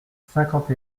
cinquante